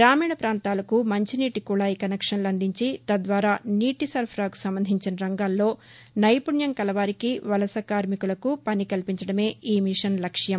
గ్రామీణ ప్రాంతాలకు మంచినీటి కుళాయి కనెక్షన్లు అందించి తద్వారా నీటి సరఫరాకు సంబంధించిన రంగాల్లో నైపుణ్యం కల వారికి వలస కార్మికులకు పని కల్పించడమే ఈ మిషన్ లక్ష్యం